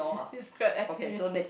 use Grab experience